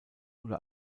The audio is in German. oder